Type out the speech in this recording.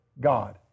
God